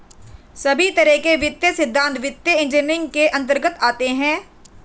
सभी तरह के वित्तीय सिद्धान्त वित्तीय इन्जीनियरिंग के अन्तर्गत आते हैं